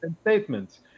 statements